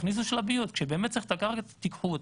תכניסו שלביות, כשבאמת צריך את הקרקע תיקחו אותה.